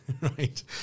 right